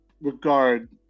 regard